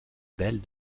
belles